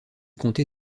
comté